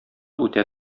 үтә